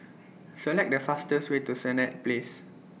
Select The fastest Way to Senett Place